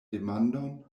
demandon